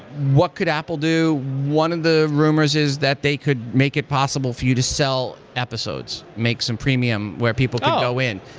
what could apple do? one of the rumors is that they could make it possible for you to sell episodes. make some premium where people could go in.